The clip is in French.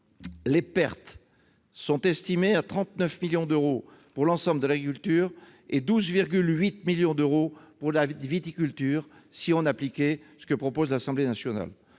Les pertes sont estimées à 39 millions d'euros pour l'ensemble de l'agriculture et à 12,8 millions d'euros pour la viticulture en cas d'application du dispositif proposé par l'Assemblée nationale.